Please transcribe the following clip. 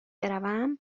بروم